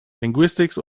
linguistics